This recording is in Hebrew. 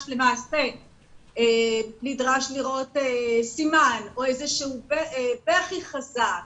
ולמעשה נדרש לראות סימן או איזשהו בכי חזק